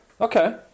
Okay